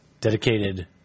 Dedicated